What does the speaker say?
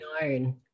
known